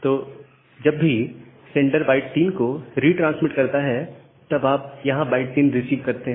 तो जब भी सेंडर बाइट 3 को रिट्रांसमिट करता है तब आप यहां बाइट 3 रिसीव करते हैं